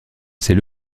c’est